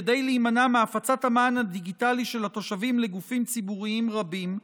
כדי להימנע מהפצת המען הדיגיטלי של התושבים לגופים ציבוריים רבים,